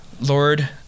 Lord